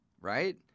right